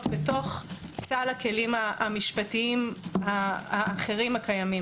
בתוך סל הכלים המשפטיים האחרים הקיימים.